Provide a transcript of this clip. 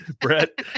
brett